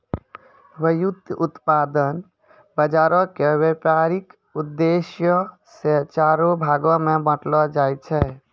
व्युत्पादन बजारो के व्यपारिक उद्देश्यो से चार भागो मे बांटलो जाय छै